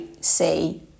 say